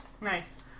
Nice